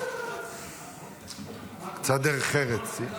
רוצה --- קצת דרך ארץ.